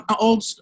old